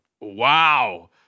Wow